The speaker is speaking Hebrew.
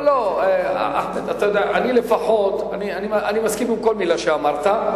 אני מסכים עם כל מלה שאמרת,